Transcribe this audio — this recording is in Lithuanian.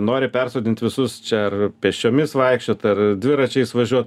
nori persodint visus čia ar pėsčiomis vaikščiot ar dviračiais važiuot